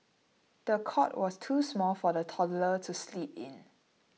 the cot was too small for the toddler to sleep in